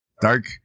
Dark